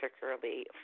particularly